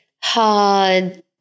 hard